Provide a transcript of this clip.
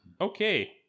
Okay